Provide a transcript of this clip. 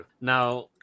Now